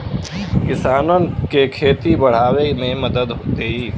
किसानन के खेती बड़ावे मे मदद देई